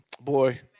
Boy